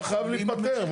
זה חייב להיפתר.